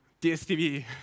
DSTV